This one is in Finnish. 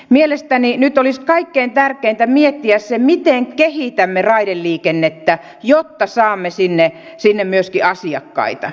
mielestäni nyt olisi kaikkein tärkeintä miettiä sitä miten kehitämme raideliikennettä jotta saamme sinne myöskin asiakkaita